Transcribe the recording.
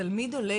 תלמיד עולה,